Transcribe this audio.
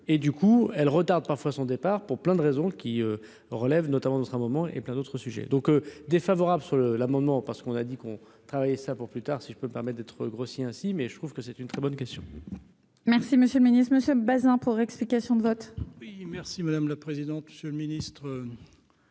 et du coup elle retarde parfois son départ pour plein de raisons qui relève notamment, sera un moment et plein d'autres sujets donc défavorable sur le l'amendement parce qu'on a dit qu'on travaillé ça pour plus tard, si je peux me permet d'être grossier ainsi mais je trouve que c'est une très bonne question. Merci, Monsieur le Ministre Monsieur Bazin pour explication de vote. Merci madame la présidente, monsieur le Ministre,